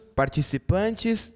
participantes